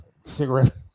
cigarette